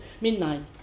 midnight